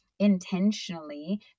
intentionally